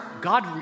God